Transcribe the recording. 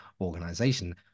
organization